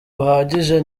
buhagije